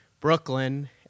Brooklyn